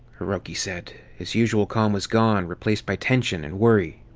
hiroki said. his usual calm was gone, replaced by tension and worry.